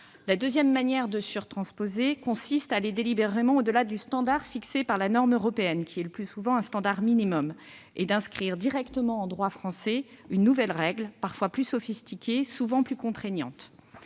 La deuxième méthode consistait à aller délibérément au-delà du standard fixé par la norme européenne, qui est le plus souvent un standard minimum, et d'inscrire directement en droit français une nouvelle règle, parfois plus sophistiquée, souvent plus contraignante.